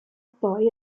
poi